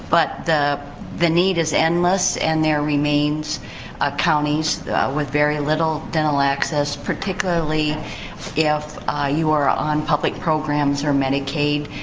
but the the need is endless. and there remains counties with very little dental access. particularly if you are on public programs or medicaid.